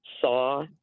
saw